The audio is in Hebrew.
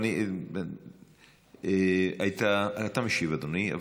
אתה משיב, אדוני.